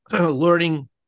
learning